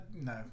no